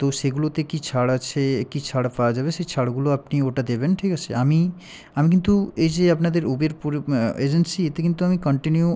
তো সেগুলোতে কী ছাড় আছে কী ছাড় পাওয়া যাবে সেই ছাড়গুলো আপনি ওটা দেবেন ঠিক আছে আমি আমি কিন্তু এই যে আপনাদের উবের এজেন্সি এতে কিন্তু আমি কান্টিনিউ